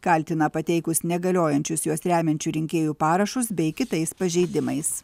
kaltina pateikus negaliojančius juos remiančių rinkėjų parašus bei kitais pažeidimais